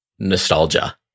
Nostalgia